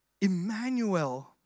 emmanuel